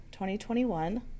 2021